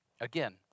again